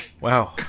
Wow